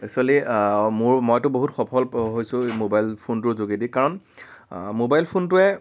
actually মোৰ মইতো বহুত সফল হৈছো এই মোবাইল ফোনটোৰ যোগেদি কাৰণ মোবাইল ফোনটোৱে